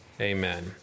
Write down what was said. Amen